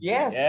Yes